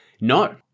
No